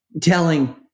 telling